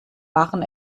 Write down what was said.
barren